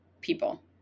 people